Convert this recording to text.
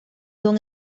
don